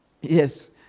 Yes